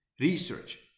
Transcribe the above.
research